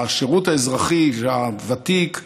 השירות האזרחי הוותיק,